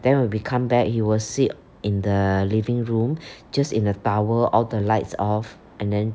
then when we come back he will sit in the living room just in the towel all the lights off and then